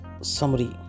summary